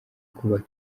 kubaka